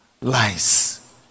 lies